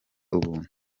ubuntu